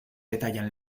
detallan